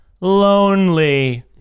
lonely